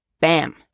Bam